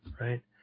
right